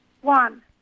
One